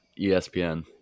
ESPN